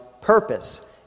purpose